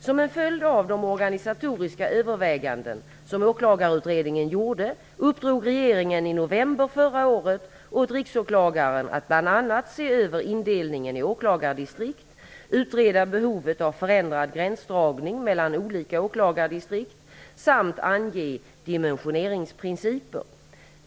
Som en följd av de organisatoriska överväganden som åklagarutredningen gjorde uppdrog regeringen i november förra året åt Riksåklagaren att bl.a. se över indelningen i åklagardistrikt, utreda behovet av förändrad gränsdragning mellan olika åklagardistrikt samt ange dimensioneringsprinciper.